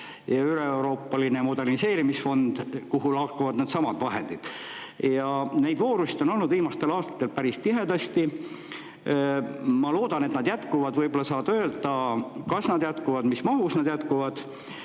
ja üleeuroopaline moderniseerimisfond, kuhu laekuvad needsamad vahendid. Neid [taotlus]voorusid on olnud viimastel aastatel päris tihedasti. Ma loodan, et need jätkuvad. Võib-olla sa saad öelda, kas need jätkuvad või mis mahus need jätkuvad.